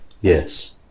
Yes